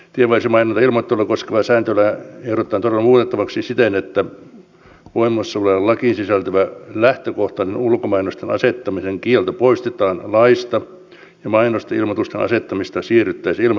tienvarsimainontaa ja ilmoittelua koskevaa sääntelyä ehdotetaan todella muutettavaksi siten että voimassa olevaan lakiin sisältyvä lähtökohtainen ulkomainosten asettamisen kielto poistetaan laista ja mainosten ja ilmoitusten asettamisessa siirryttäisiin ilmoitusmenettelyyn